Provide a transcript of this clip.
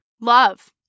Love